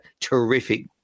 terrific